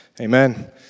amen